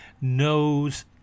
knows